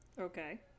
Okay